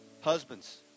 Husbands